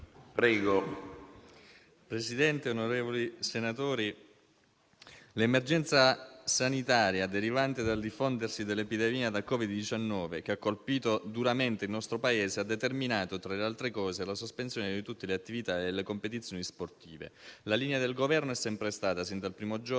Presidente, onorevoli senatori, l'emergenza sanitaria derivante dal diffondersi dell'epidemia da Covid-19, che ha colpito duramente il nostro Paese, ha determinato, tra le altre cose, la sospensione di tutte le attività e le competizioni sportive. La linea del Governo è sempre stata, sin dal primo giorno,